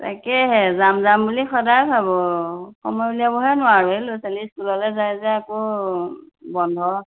তাকেহে যাম যাম বুলি সদায় ভাবো সময় উলিয়াবহে নোৱাৰোঁ এই ল'ৰা ছোৱালী স্কুললে যায় যে আকৌ বন্ধ